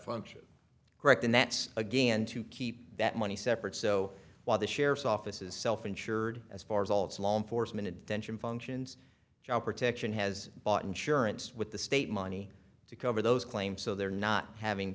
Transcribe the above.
function correct and that's again to keep that money separate so while the sheriff's office is self insured as far as all its law enforcement attention functions job protection has bought insurance with the state money to cover those claims so they're not having